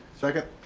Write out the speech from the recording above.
second.